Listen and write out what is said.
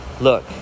Look